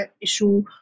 issue